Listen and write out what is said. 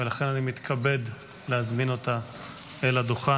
ולכן אני מתכבד להזמין אותה אל הדוכן.